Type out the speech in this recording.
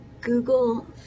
Google